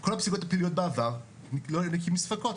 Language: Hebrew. כל הפסיקות הפליליות בעבר לא נקיות מספקות.